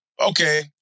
Okay